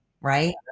right